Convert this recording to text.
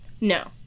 No